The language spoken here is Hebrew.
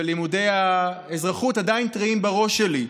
ולימודי האזרחות עדיין טריים בראש שלי.